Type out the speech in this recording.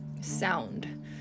sound